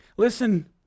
Listen